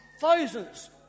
Thousands